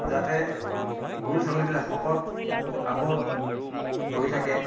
যাতে গৰু ছাগলীবিলাক শকত আৱত হৈ থাকে